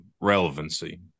relevancy